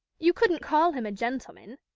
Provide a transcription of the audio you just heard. you couldn't call him a gentleman.